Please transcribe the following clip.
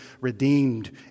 redeemed